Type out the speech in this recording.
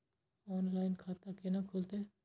Online खाता केना खुलते?